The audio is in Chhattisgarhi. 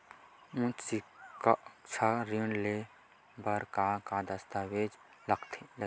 उच्च सिक्छा ऋण ले बर का का दस्तावेज लगही?